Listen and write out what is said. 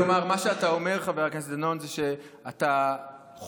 מה שאתה אומר, חבר הכנסת דנון, זה שאתה מתנגד